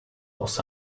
los